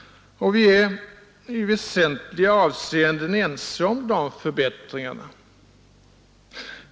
Vi är i väsentliga avseenden ense om de förbättringarna.